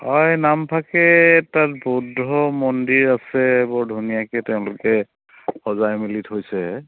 হয় নামফাকে তাত বৌদ্ধ মন্দিৰ আছে বৰ ধুনীয়াকৈ তেওঁলোকে সজাই মেলি থৈছে